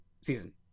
season